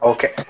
Okay